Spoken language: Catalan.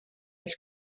els